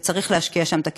וצריך להשקיע שם את הכסף.